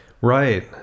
Right